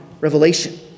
revelation